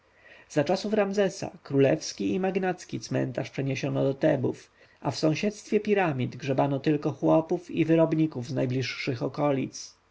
za czasów ramzesa królewski i magnacki cmentarz przeniesiono do tebów a w sąsiedztwie piramid grzebano tylko chłopów i wyrobników z najbliższych okolic